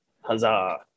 huzzah